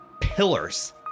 pillars